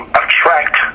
attract